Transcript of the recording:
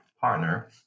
partner